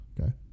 Okay